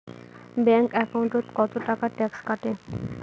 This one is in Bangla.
ব্যাংক একাউন্টত কতো টাকা ট্যাক্স কাটে?